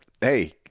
hey